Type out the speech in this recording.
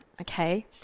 Okay